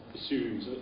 assumes